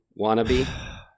wannabe